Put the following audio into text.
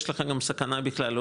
יש לך גם סכנה בכלל,